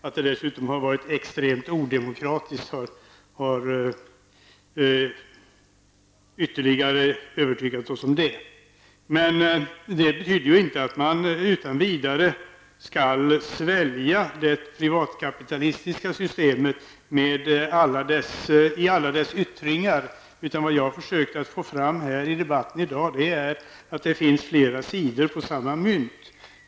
Att det dessutom har varit extremt odemokratiskt har ytterligare övertygat oss om det. Men detta betyder inte att man utan vidare skall svälja det privatkapitalistiska systemet i alla dess yttringar. Vad jag har försökt få fram i debatten i dag är att det finns flera sidor på samma mynt.